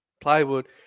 plywood